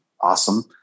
awesome